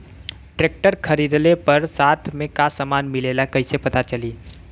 Tractor खरीदले पर साथ में का समान मिलेला कईसे पता चली?